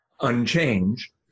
unchanged